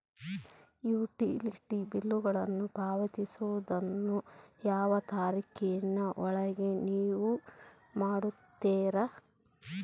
Utility ಬಿಲ್ಲುಗಳನ್ನು ಪಾವತಿಸುವದನ್ನು ಯಾವ ತಾರೇಖಿನ ಒಳಗೆ ನೇವು ಮಾಡುತ್ತೇರಾ?